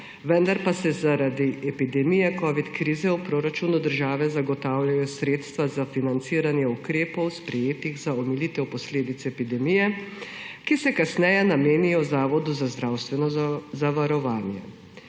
Vendar pa se zaradi epidemije covid krize v proračunu države zagotavljajo sredstva za financiranje ukrepov, sprejetih za omilitev posledic epidemije, ki se kasneje namenijo Zavodu za zdravstveno zavarovanje.